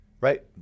Right